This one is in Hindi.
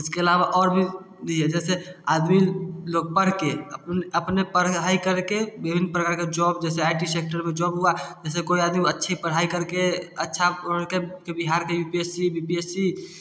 इसके अलावा और भी ये है जैसे आदमी लोग पढ़ के अप अपने पढ़ाई करके विभिन्न प्रकार का जॉब जैसे आईटी सेक्टर में जॉब हुआ जैसे कोई आदमी अच्छे पढ़ाई करके अच्छा पढ़के बिहार के यूपीएससी बीपीएससी